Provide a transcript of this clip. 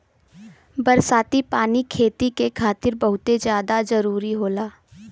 बरसाती पानी खेती के खातिर बहुते जादा जरूरी होला